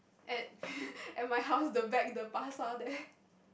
at at my house the back the pasar there